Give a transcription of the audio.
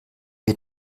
wir